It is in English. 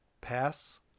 Pass